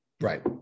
right